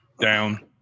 down